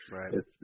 Right